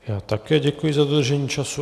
Já také děkuji za dodržení času.